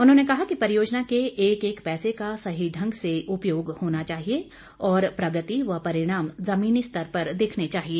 उन्होंने कहा कि परियोजना के एक एक पैसे का सही ढंग से उपयोग होना चाहिए और प्रगति व परिणाम जमीनी स्तर पर दिखने चाहिए